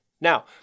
Now